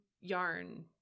yarn